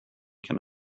can